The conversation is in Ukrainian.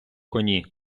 коні